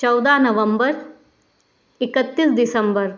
चौदह नवम्बर इक्कतीस दिसम्बर